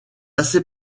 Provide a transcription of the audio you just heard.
assez